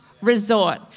resort